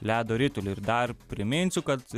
ledo ritulį ir dar priminsiu kad